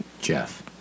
Jeff